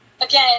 again